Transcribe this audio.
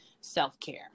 self-care